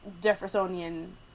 Jeffersonian